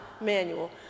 manual